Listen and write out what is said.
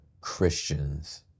Christians